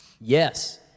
Yes